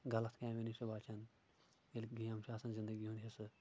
غلط کامٮ۪ن نِش چھ بچان ییٚلہِ گیم چھِ آسان زندگی ہُنٛد حصہٕ